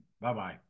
Bye-bye